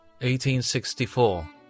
1864